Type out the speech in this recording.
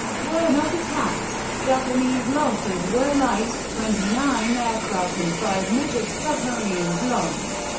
were not attacked. japanese losses were light twenty nine aircraft and five midget submarines lost,